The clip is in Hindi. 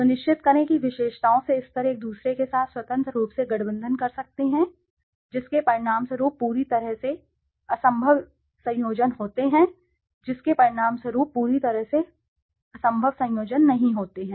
सुनिश्चित करें कि विशेषताओं से स्तर एक दूसरे के साथ स्वतंत्र रूप से गठबंधन कर सकते हैं जिसके परिणामस्वरूप पूरी तरह से असंभव संयोजन होते हैं जिसके परिणामस्वरूप पूरी तरह से असंभव संयोजन नहीं होते हैं